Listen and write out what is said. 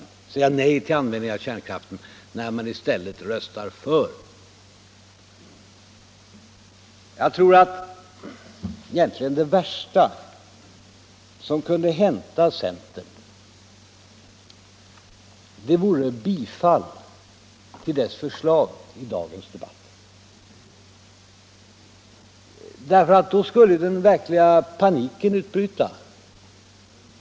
Man låtsas säga nej till användningen av kärnkraft när man i stället röstar för. Det värsta som egentligen kunde hända centern vore bifall till dess förslag i dagens debatt. Då skulle den verkliga paniken utbryta.